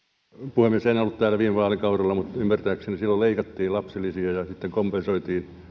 puhemies en ollut täällä viime vaalikaudella mutta ymmärtääkseni silloin leikattiin lapsilisiä ja sitten kompensoitiin